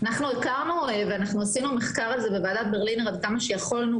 אנחנו הכרנו ועשינו מחקר על זה בוועדת ברלינר עד כמה שיכולנו